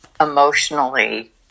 emotionally